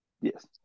Yes